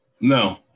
No